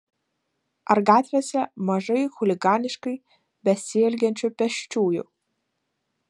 ar gatvėse mažai chuliganiškai besielgiančių pėsčiųjų